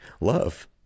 love